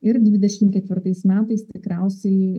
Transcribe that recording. ir dvidešim ketvirtais metais tikriausiai